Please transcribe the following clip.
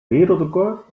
wereldrecord